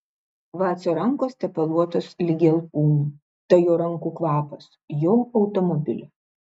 vacio rankos tepaluotos ligi alkūnių tai jo rankų kvapas jo automobilio